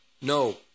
No